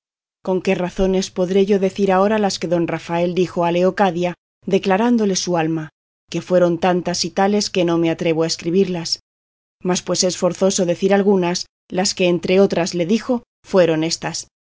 con qué razones podré yo decir ahora las que don rafael dijo a leocadia declarándole su alma que fueron tantas y tales que no me atrevo a escribirlas mas pues es forzoso decir algunas las que entre otras le dijo fueron éstas